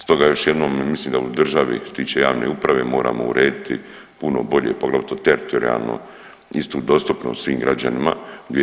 Stoga još jednom ja mislim da u državi što se tiče javne uprave moramo urediti puno bolje poglavito teritorijalno istu dostupnost svim građanima, 2/